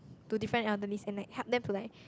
to different elderlies and like help them to like